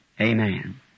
amen